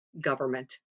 government